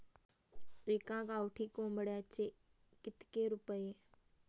एका गावठी कोंबड्याचे कितके रुपये?